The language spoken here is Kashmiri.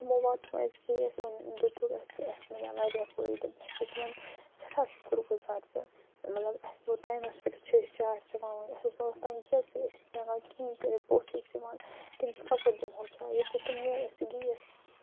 تِمو واتنو اَسہِ گیس دِتُکھ اَسہِ اَسہِ مِلیو وارِیاہ فٲیدٕ بہٕ چھُس تُہُنٛد سٮ۪ٹھاہ شُکُر گُزار زِ مطلب اَسہِ ٹایِمس پٮ۪ٹھ چھِ أسۍ چاے چٮ۪وان وَنہِ اَسہِ اوس نہٕ اوٚتام گیسٕے أسۍ ٲسۍ نہٕ ہٮ۪کان کِہیٖنۍ کٔرِتھ پوٚژھ اوس یِوان تٔمِس کپٲرۍ دِمہو چاے ییٚتہِ پٮ۪ٹھ تِمو اَسہِ یہِ گیس